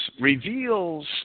reveals